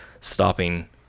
stopping